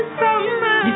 summer